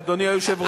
אדוני היושב-ראש,